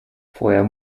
vorher